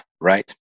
right